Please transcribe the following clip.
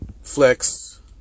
Flex